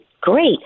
Great